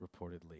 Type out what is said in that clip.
reportedly